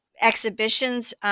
exhibitions